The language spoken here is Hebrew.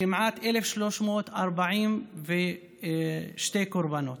כמעט 1,342 קורבנות,